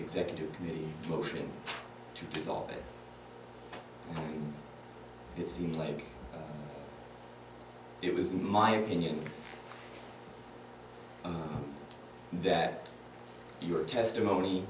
executive committee motion to dissolve it it seems like it was my opinion that your testimony